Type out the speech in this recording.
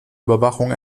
überwachung